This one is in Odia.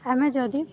ଆମେ ଯଦି